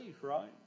right